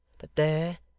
but there,